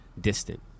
distant